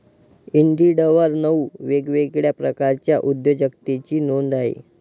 इंडिडवर नऊ वेगवेगळ्या प्रकारच्या उद्योजकतेची नोंद आहे